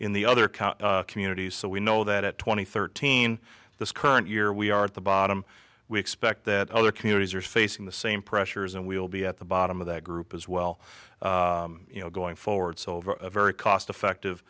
in the other count communities so we know that at twenty thirteen this current year we are at the bottom we expect that other communities are facing the same pressures and we'll be at the bottom of that group as well you know going forward so over a very cost